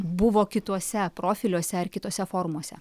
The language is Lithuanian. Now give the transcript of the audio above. buvo kituose profiliuose ar kituose forumuose